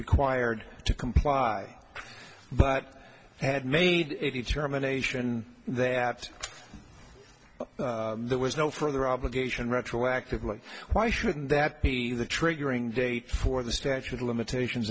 required to comply but had made a determination that there was no further obligation retroactively why should that be the triggering date for the statute of limitations